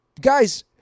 guys